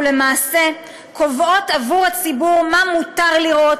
ולמעשה קובעות עבור הציבור מה מותר לראות,